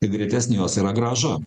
ir greitesnė jos yra grąža